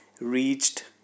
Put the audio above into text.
reached